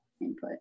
input